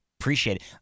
Appreciate